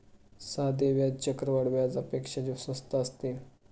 साधे व्याज चक्रवाढ व्याजापेक्षा स्वस्त असते